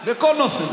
בכל נושא.